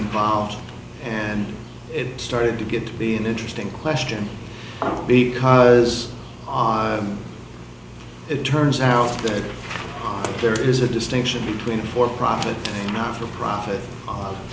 involved and it started to get to be an interesting question because odd it turns out that there is a distinction between a for profit not for profit